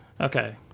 Okay